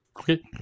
okay